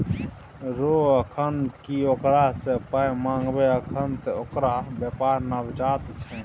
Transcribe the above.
रौ अखन की ओकरा सँ पाय मंगबै अखन त ओकर बेपार नवजात छै